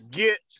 get